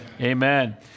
Amen